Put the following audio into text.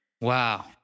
Wow